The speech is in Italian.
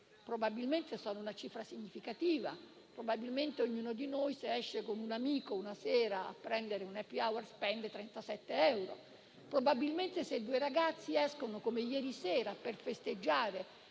Probabilmente sono una cifra significativa. Ognuno di noi, se esce con un amico una sera per un *happy hour*, spende 37 euro; probabilmente, se due ragazzi escono, come ieri sera, per festeggiare